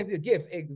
gifts